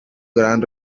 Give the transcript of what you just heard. gran